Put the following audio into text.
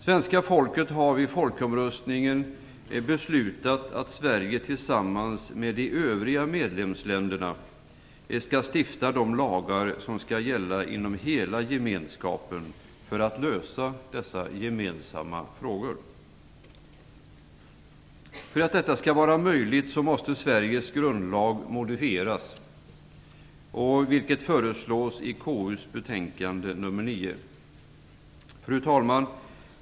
Svenska folket har vid folkomröstningen beslutat att Sverige tillsammans med de övriga medlemsländerna skall stifta de lagar som skall gälla inom hela gemenskapen för att lösa dessa gemensamma frågor. För att detta skall vara möjligt måste Sveriges grundlag modifieras, vilket föreslås i KU:s betänkande 9. Fru talman!